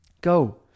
Go